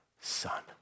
son